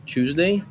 Tuesday